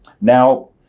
now